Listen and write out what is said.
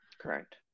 Correct